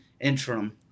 interim